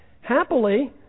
Happily